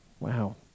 Wow